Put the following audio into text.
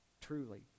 truly